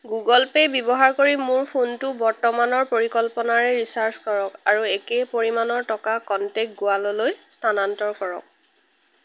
Google Pay ব্যৱহাৰ কৰি মোৰ ফোনটো বৰ্তমানৰ পৰিকল্পনাৰে ৰিচাৰ্জ কৰক আৰু একে পৰিমাণৰ টকা কনটেক্ট গুৱাললৈ স্থানান্তৰ কৰক